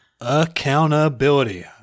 Accountability